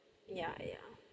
ya ya